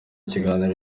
ikiganiro